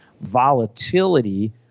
Volatility